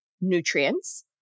nutrients